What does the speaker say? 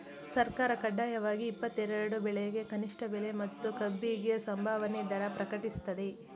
ಸರ್ಕಾರ ಕಡ್ಡಾಯವಾಗಿ ಇಪ್ಪತ್ತೆರೆಡು ಬೆಳೆಗೆ ಕನಿಷ್ಠ ಬೆಲೆ ಮತ್ತು ಕಬ್ಬಿಗೆ ಸಂಭಾವನೆ ದರ ಪ್ರಕಟಿಸ್ತದೆ